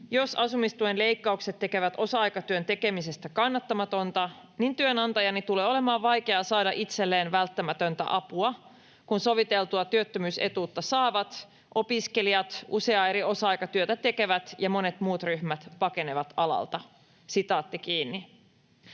Jos asumistuen leikkaukset tekevät osa-aikatyön tekemisestä kannattamatonta, niin työnantajani tulee olemaan vaikea saada itselleen välttämätöntä apua, kun soviteltua työttömyysetuutta saavat, opiskelijat, useaa eri osa-aikatyötä tekevät ja monet muut ryhmät pakenevat alalta.” Arvoisa